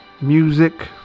music